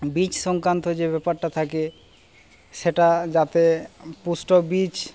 বীজ সংক্রান্ত যে ব্যাপারটা থাকে সেটা যাতে পুষ্ট বীজ